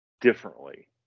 differently